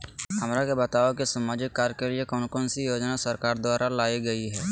हमरा के बताओ कि सामाजिक कार्य के लिए कौन कौन सी योजना सरकार द्वारा लाई गई है?